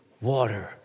water